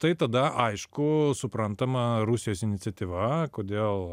tai tada aišku suprantama rusijos iniciatyva kodėl